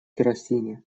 керосине